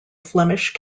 flemish